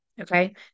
Okay